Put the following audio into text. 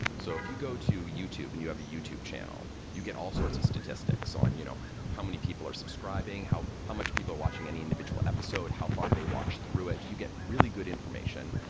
so if you go to youtube and you have a youtube channel, you get all sorts of statistics on you know how many people are subscribing. how how much people are watching any individual episode? how far do they watch through it? you get really good information,